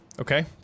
Okay